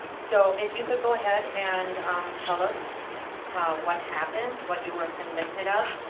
so if you could go ahead and tell us what happened, what you were convicted of,